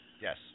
Yes